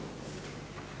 Hvala